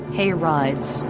hay rides,